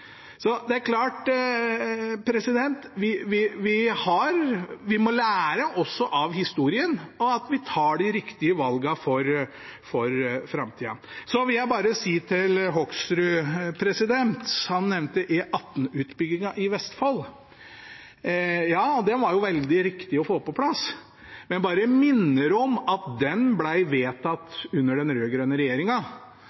det skal bygges ny firefeltsveg. Så vi må lære av historien og ta de riktige valgene for framtida. Så til Bård Hoksrud – han nevnte E18-utbyggingen i Vestfold. Ja, den var det veldig riktig å få på plass, men jeg bare minner om at den ble vedtatt